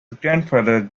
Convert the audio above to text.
grandfather